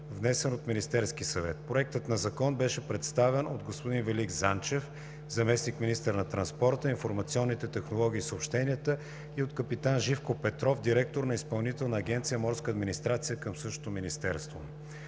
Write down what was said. внесен от Министерски съвет. Проектът на закон беше представен от господин Велик Занчев – заместник-министър на транспорта, информационните технологии и съобщенията и от капитан Живко Петров – директор на Изпълнителна агенция „Морска администрация“ към същото министерство.